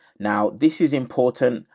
now, this is important.